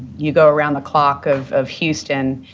you go around the clock of of houston,